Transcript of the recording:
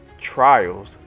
Trials